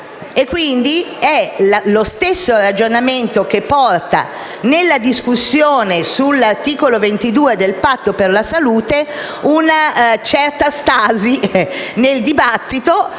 ricerca. È lo stesso ragionamento che porta, nella discussione sull'articolo 22 del cosiddetto Patto per la salute, una certa stasi nel dibattito,